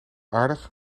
aardig